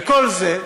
וכל זה,